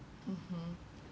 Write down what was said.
mmhmm